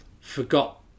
forgot